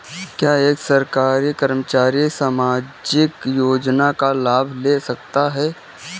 क्या एक सरकारी कर्मचारी सामाजिक योजना का लाभ ले सकता है?